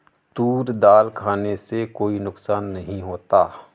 तूर दाल खाने से कोई नुकसान नहीं होता